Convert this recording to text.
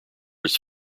his